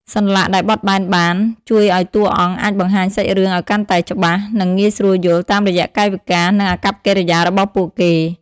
សន្លាក់ដែលបត់បែនបាន ជួយឲ្យតួអង្គអាចបង្ហាញសាច់រឿងឲ្យកាន់តែច្បាស់ និងងាយស្រួលយល់ តាមរយៈកាយវិការ និងអាកប្បកិរិយារបស់ពួកគេ។